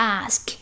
ask